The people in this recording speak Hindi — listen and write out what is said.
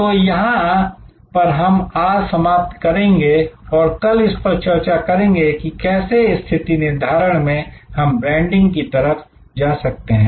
तो यहां पर हम आज समाप्त करेंगे और कल इस पर चर्चा करेंगे कि कैसे स्थिति निर्धारण से हम ब्रांडिंग की तरफ जा सकते हैं